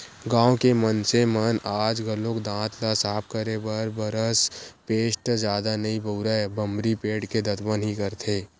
गाँव के मनसे मन आज घलोक दांत ल साफ करे बर बरस पेस्ट जादा नइ बउरय बमरी पेड़ के दतवन ही करथे